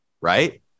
Right